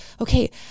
okay